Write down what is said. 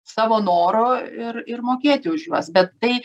savo noro ir ir mokėti už juos bet tai